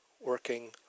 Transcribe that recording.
working